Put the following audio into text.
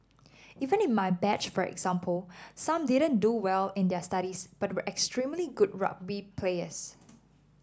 even in my batch for example some didn't do well in their studies but were extremely good rugby players